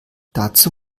dazu